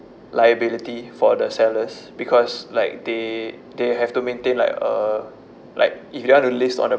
liability for the sellers because like they they have to maintain like a like if you want to list on the